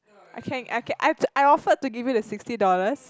I can I can I offered to give you the sixty dollars